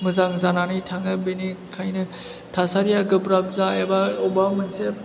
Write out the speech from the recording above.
मोजां जानानै थाङो बेनिखायनो थासारिया गोब्राब जा एबा अबावबा मोनसे